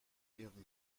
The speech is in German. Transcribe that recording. ihrem